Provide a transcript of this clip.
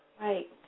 Right